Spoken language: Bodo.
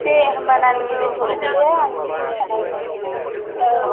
दे होमब्ला नानि दोन्थनोसै दे औ